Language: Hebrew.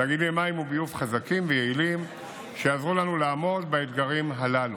תאגידי מים וביוב חזקים ויעילים שיעזרו לנו לעמוד באתגרים הללו.